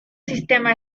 sistema